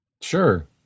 Sure